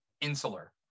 insular